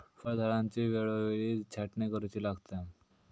फळझाडांची वेळोवेळी छाटणी करुची लागता